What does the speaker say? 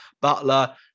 Butler